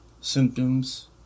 symptoms